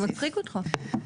זה מצחיק אותך?